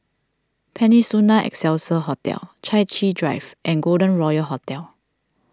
Peninsula Excelsior Hotel Chai Chee Drive and Golden Royal Hotel